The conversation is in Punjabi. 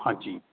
ਹਾਂਜੀ